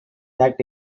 that